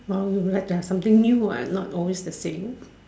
well you have to have something new what not always the same